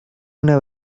una